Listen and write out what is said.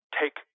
take